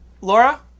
Laura